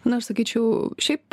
na aš sakyčiau šiaip